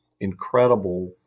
incredible